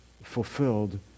fulfilled